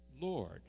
Lord